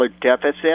deficit